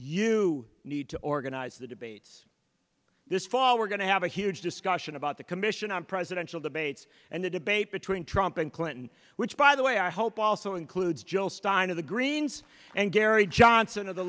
you need to organize the debates this fall we're going to have a huge discussion about the commission on presidential debates and the debate between trump and clinton which by the way i hope also includes joel stein of the greens and gary johnson of the